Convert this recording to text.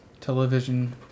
television